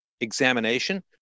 examination